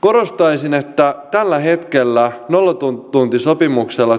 korostaisin että tällä hetkellä nollatuntisopimuksella